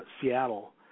Seattle